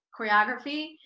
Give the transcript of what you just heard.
choreography